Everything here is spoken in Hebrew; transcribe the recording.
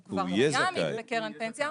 הוא כבר היה עמית בקרן פנסיה.